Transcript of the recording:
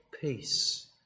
peace